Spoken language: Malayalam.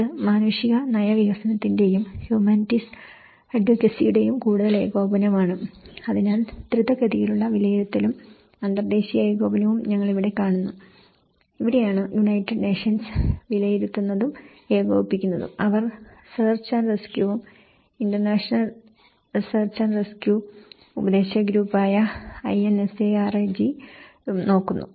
ഇത് മാനുഷിക നയ വികസനത്തിന്റെയും ഹ്യുമാനിറ്റീസ് അഡ്വക്കസിയുടെയും കൂടുതൽ ഏകോപനമാണ് അതിനാൽ ദ്രുതഗതിയിലുള്ള വിലയിരുത്തലും അന്തർദ്ദേശീയ ഏകോപനവും ഞങ്ങൾ ഇവിടെ കാണുന്നു ഇവിടെയാണ് യുണൈറ്റഡ് നേഷൻസ് വിലയിരുത്തുന്നതും ഏകോപിപ്പിക്കുന്നതും അവർ സെർച്ച് ആൻഡ് റെസ്ക്യൂവും ഇന്റർനാഷണൽ സെർച്ച് ആൻഡ് റെസ്ക്യൂ ഉപദേശക ഗ്രൂപ്പായ INSARAG ഉം നോക്കുന്നു